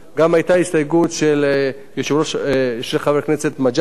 היתה גם הסתייגות של חבר הכנסת גאלב מג'אדלה,